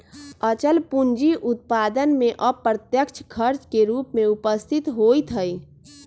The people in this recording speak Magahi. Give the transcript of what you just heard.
अचल पूंजी उत्पादन में अप्रत्यक्ष खर्च के रूप में उपस्थित होइत हइ